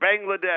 Bangladesh